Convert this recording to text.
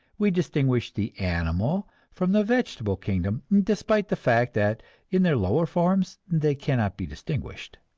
we distinguish the animal from the vegetable kingdom, despite the fact that in their lower forms they cannot be distinguished.